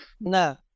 No